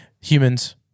Humans